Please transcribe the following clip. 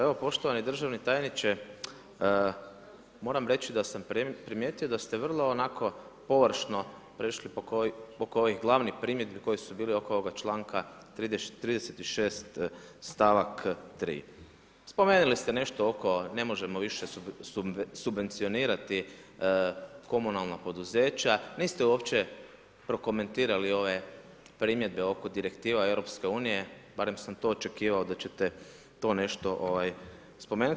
Evo, poštovani državni tajniče, moram reći, da sam primijetio da ste vrlo onako površno prešli oko ovih glavnih primjedbi koji su bili oko ovog članka 36. stavak 3. Spomenuli ste nešto, ne možemo više subvencionirati komunalna poduzeća, niste uopće prokomentirali ove primjedbe oko direktiva EU, barem sam to očekivao, da ćete to nešto spomenuti.